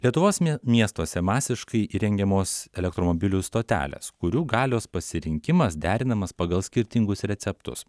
lietuvos miestuose masiškai įrengiamos elektromobilių stotelės kurių galios pasirinkimas derinamas pagal skirtingus receptus